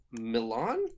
milan